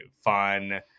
fun